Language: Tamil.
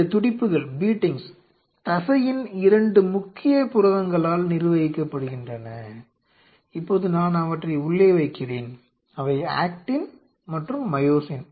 இந்த துடிப்புகள் தசையின் இரண்டு முக்கிய புரதங்களால் நிர்வகிக்கப்படுகின்றன இப்போது நான் அவற்றை உள்ளே வைக்கிறேன் அவை ஆக்டின் மற்றும் மையோசின்